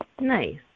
Nice